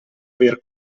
aver